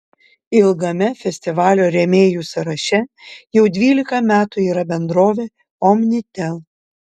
ilgame festivalio rėmėjų sąraše jau dvylika metų yra bendrovė omnitel